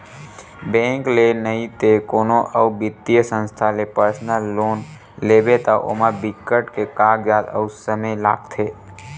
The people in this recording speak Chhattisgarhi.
बेंक ले नइते कोनो अउ बित्तीय संस्था ले पर्सनल लोन लेबे त ओमा बिकट के कागजात अउ समे लागथे